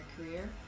career